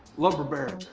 lumber baron.